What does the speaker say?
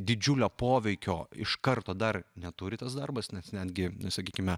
didžiulio poveikio iš karto dar neturi tas darbas nes netgi sakykime